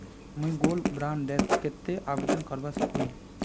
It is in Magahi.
मुई गोल्ड बॉन्ड डेर केते आवेदन करवा सकोहो ही?